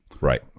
Right